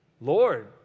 Lord